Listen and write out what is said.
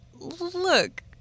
look